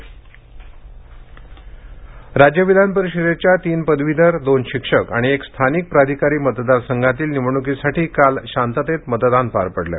महाराष्ट्र विधान परिषद राज्य विधानपरिषदेच्या तीन पदवीधर दोन शिक्षक आणि एक स्थानिक प्राधिकारी मतदारसंघातील निवडणुकीसाठी काल शांततेत मतदान पार पडलं